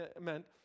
meant